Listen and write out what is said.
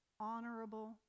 honorable